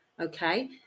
okay